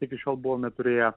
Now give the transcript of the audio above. iki šiol buvome turėję